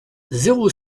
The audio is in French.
zéro